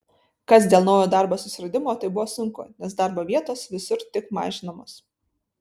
kas dėl naujo darbo susiradimo tai buvo sunku nes darbo vietos visur tik mažinamos